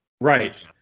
Right